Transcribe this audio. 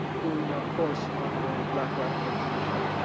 during a course on the black radical tradition.